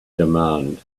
demand